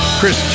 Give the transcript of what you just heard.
Chris